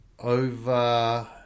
Over